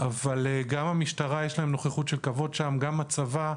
אבל גם למשטרה יש נוכחות של כבוד שם, גם הצבא,